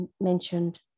mentioned